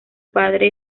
padre